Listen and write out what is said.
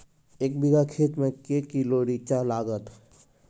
एक बीघा खेत मे के किलो रिचा लागत?